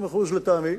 50% 60% לטעמי,